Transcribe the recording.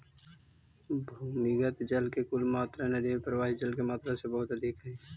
भूमिगत जल के कुल मात्रा नदि में प्रवाहित जल के मात्रा से बहुत अधिक हई